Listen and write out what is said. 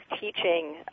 teaching